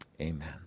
amen